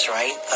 right